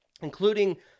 including